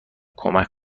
کمک